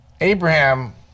Abraham